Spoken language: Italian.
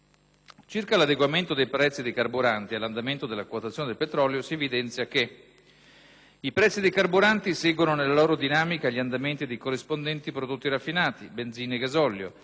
Circa l'adeguamento dei prezzi dei carburanti all'andamento della quotazione del petrolio si evidenzia che i prezzi dei carburanti seguono nella loro dinamica gli andamenti dei corrispondenti prodotti raffinati (benzina e gasolio)